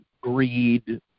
greed